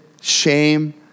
shame